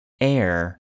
air